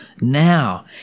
now